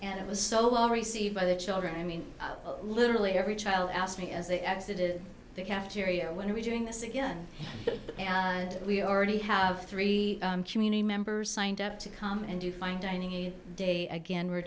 and it was so well received by the children i mean literally every child asked me as they exited the cafeteria when are we doing this again and we already have three community members signed up to come and do fine dining a day again we're